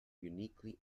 uniquely